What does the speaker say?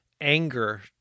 anger